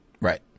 Right